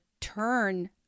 turn